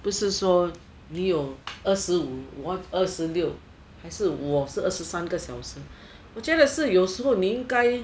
不是说你有二十五我二十六还是我是二十三个小时我觉得是有时候你应该